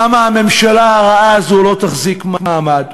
למה הממשלה הרעה הזו לא תחזיק מעמד,